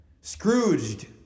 Scrooged